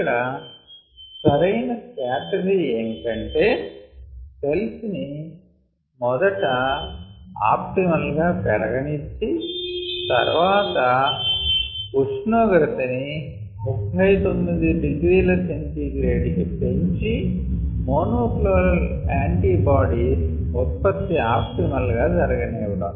ఇక్కడ సరైన స్ట్రాటజీ ఏమటంటే సెల్స్ ని మొదట ఆప్టిమల్ గా పెరగనిచ్చి తర్వాత ఉష్ణోగ్రత ని 39 ºC కి పెంచి మోనోక్లోనల్ యాంటీబాడీస్ ఉత్పత్తి ఆప్టిమల్ గా జరగనివ్వడం